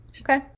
Okay